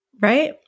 right